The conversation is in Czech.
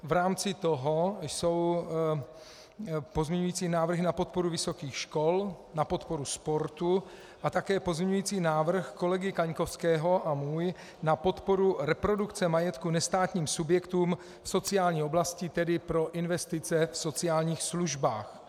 V rámci toho jsou pozměňující návrhy na podporu vysokých škol, na podporu sportu a také pozměňující návrh kolegy Kaňkovského a můj na podporu reprodukce majetku nestátním subjektům v sociální oblasti, tedy pro investice v sociálních službách.